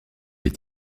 est